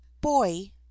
boy